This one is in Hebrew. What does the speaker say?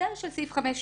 ההסדר של סעיף 5(ב)